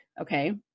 okay